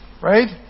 Right